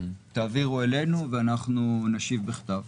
תעבירו אלינו ואנחנו נשיב בכתב.